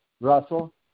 Russell